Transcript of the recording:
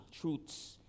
truths